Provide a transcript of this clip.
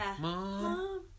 Mom